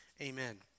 Amen